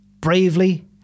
bravely